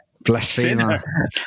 Blasphemer